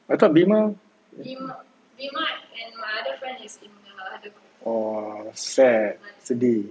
I thought bima oh sad sedih